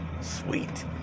sweet